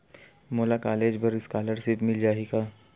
मोला कॉलेज बर स्कालर्शिप मिल जाही का?